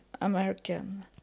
American